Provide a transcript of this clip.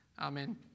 Amen